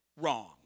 wrong